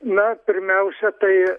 na pirmiausia tai